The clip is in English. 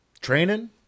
training